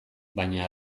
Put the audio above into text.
baina